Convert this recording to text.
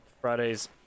Fridays